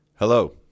Hello